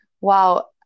wow